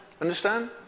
Understand